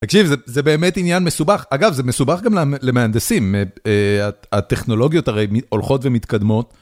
זה באמת עניין מסובך, אגב זה מסובך גם למהנדסים, הטכנולוגיות הרי הולכות ומתקדמות.